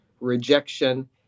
rejection